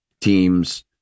teams